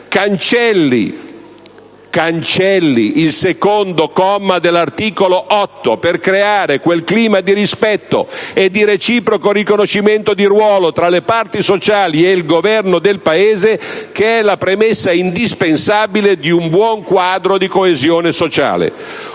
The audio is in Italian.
Cancelli il secondo comma dell'articolo 8 per creare quel clima di rispetto e di reciproco riconoscimento di ruolo tra le parti sociali e il Governo del Paese che è la premessa indispensabile di un buon quadro di coesione sociale.